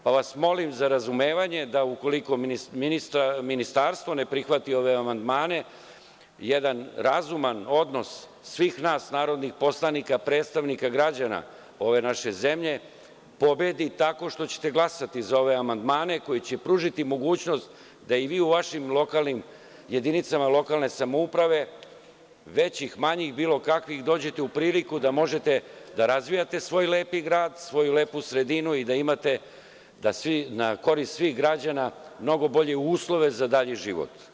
Molim vas za razumevanje da ukoliko ministarstvo ne prihvati ove amandmane, jedan razuman odnos svih nas narodnih poslanika, predstavnika građana ove naše zemlje, da pobedi tako što ćete glasati za ove amandmane koji će pružiti mogućnost da i vi u vašim lokalnim jedinicama lokalne samouprave većih, manjih, bilo kakvih dođete u priliku da možete da razvijate svoj lepi grad, svoju lepu sredinu i da imate na korist svih građana mnogo bolje uslove za dalji život.